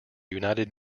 united